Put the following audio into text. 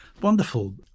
Wonderful